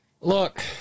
Look